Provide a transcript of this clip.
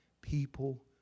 people